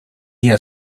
día